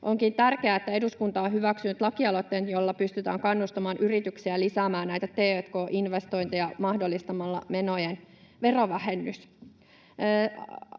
onkin tärkeää, että eduskunta on hyväksynyt lakialoitteen, jolla pystytään kannustamaan yrityksiä lisäämään näitä t&k-investointeja mahdollistamalla menojen verovähennys.